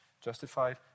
justified